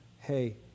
hey